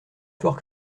fort